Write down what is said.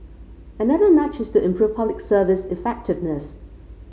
another nudge is to improve Public Service effectiveness